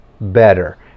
better